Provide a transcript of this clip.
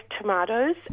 tomatoes